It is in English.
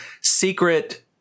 secret